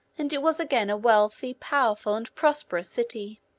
and it was again a wealthy, powerful, and prosperous city.